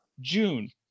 June